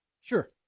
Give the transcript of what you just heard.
Sure